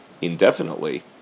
indefinitely